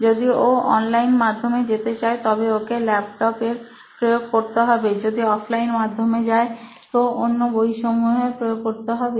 যদি ও অনলাইন মাধ্যমে যেতে চায় তবে ওকে ল্যাপটপ এর প্রয়োগ করতে হবে যদি অফলাইন মাধ্যমে যায় তো অন্য বইসমূহের প্রয়োগ করতে হবে